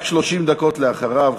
רק 30 דקות אחריו,